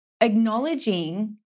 acknowledging